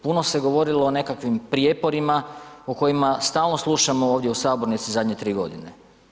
Puno se govorilo o nekakvim prijeporima o kojima stalno slušamo ovdje u sabornici zadnje tri godine.